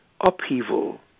upheaval